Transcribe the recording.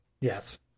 Yes